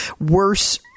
worse